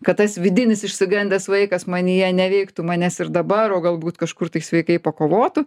kad tas vidinis išsigandęs vaikas manyje neveiktų manęs ir dabar o galbūt kažkur tai sveikai pakovotų